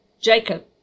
jacob